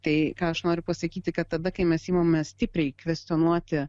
tai ką aš noriu pasakyti kad tada kai mes imame stipriai kvestionuoti